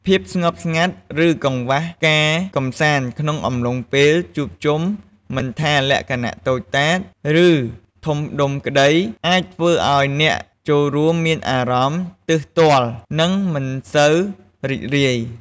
ភាពស្ងប់ស្ងាត់ ឬ កង្វះការកម្សាន្តក្នុងអំឡុងពេលជួបជុំមិនថា លក្ខណៈតូចតាច ឬ ធំដុំក្ដី អាចធ្វើឱ្យអ្នកចូលរួមមានអារម្មណ៍ទើសទាល់ និងមិនសូវរីករាយ។